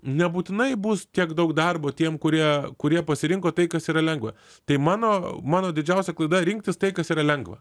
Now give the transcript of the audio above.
nebūtinai bus tiek daug darbo tiem kurie kurie pasirinko tai kas yra lengva tai mano mano didžiausia klaida rinktis tai kas yra lengva